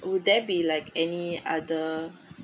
would there be like any other